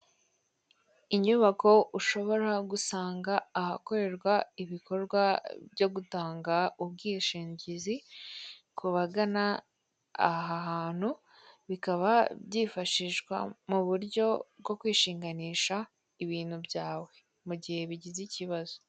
Inyubako ushobora gusanga ahakorerwa ibikorwa byo gutanga ubwishingizi kubagana aha hantu, bikaba byifashishwa mu buryo bwo kwishinganisha ibintu byawe mu gihe bigize ikibazo.